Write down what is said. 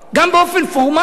גם באופן פורמלי,